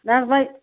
نہ حظ وۄنۍ